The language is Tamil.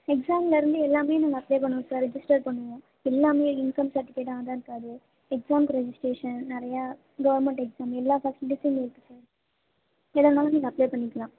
எக்ஸாம்லிருந்து எல்லாமே நாங்கள் அப்ளை பண்ணுவோம் சார் ரிஜிஸ்ட்டர் பண்ணுவோம் எல்லாமே இன்கம் சர்டிஃபிகேட்டு ஆதார் கார்டு எக்ஸாமுக்கு ரிஜிஸ்ட்ரேஷன் நிறையா கவர்மெண்ட் எக்ஸாம் எல்லா ஃபெசிலிட்டீசும் இருக்குது சார் எதுவாக இருந்தாலும் நீங்கள் அப்ளை பண்ணிக்கலாம்